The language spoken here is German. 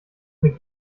mir